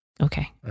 Okay